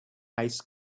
ice